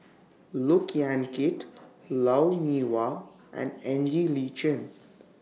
Look Yan Kit Lou Mee Wah and Ng Li Chin